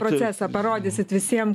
procesą parodysit visiem